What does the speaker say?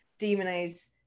demonize